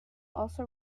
also